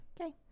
Okay